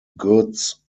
goods